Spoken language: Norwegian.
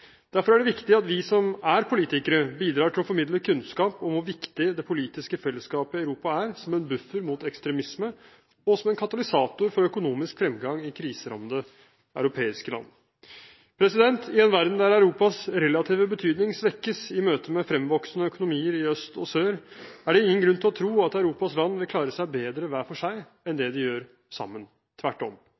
Derfor er det viktig at vi som er politikere, bidrar til å formidle kunnskap om hvor viktig det politiske fellesskapet i Europa er som en buffer mot ekstremisme, og som en katalysator for økonomisk fremgang i kriserammede europeiske land. I en verden der Europas relative betydning svekkes i møte med fremvoksende økonomier i øst og sør, er det ingen grunn til å tro at Europas land vil klare seg bedre hver for seg enn det de gjør sammen – tvert om.